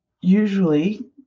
usually